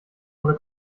wurde